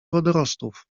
wodorostów